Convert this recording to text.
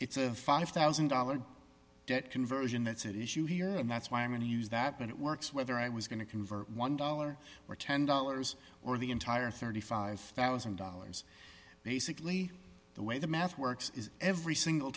it's a five thousand dollars debt conversion it's an issue here and that's why i'm going to use that when it works whether i was going to convert one dollar or ten dollars or the entire thirty five thousand dollars basically the way the math works is every single